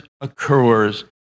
occurs